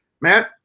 Matt